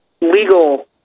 legal